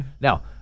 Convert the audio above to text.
Now